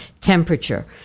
temperature